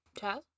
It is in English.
Chad